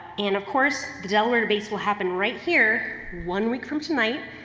and of course, the delaware debates will happen right here, one week from tonight,